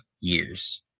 years